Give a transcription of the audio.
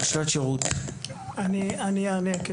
אני אענה.